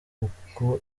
uku